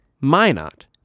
Minot